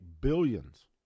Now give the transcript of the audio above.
billions